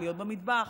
להיות במטבח,